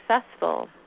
successful